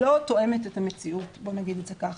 תואמת את המציאות, בוא נגיד את זה ככה.